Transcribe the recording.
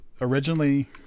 originally